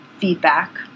feedback